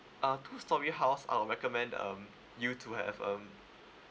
uh two storey house I'll recommend um you to have um